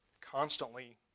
Constantly